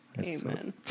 Amen